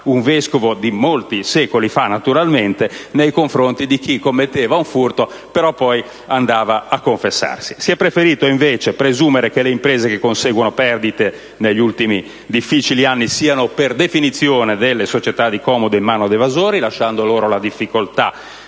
un vescovo (di molti secoli fa, naturalmente) nei confronti di chi commetteva un furto, e che però poi andava a confessarsi. Si è preferito, invece, presumere che le imprese che conseguono perdite negli ultimi difficili anni siano, per definizione, delle società di comodo in mano ad evasori, lasciando loro la difficoltà